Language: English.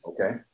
Okay